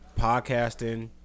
podcasting